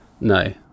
No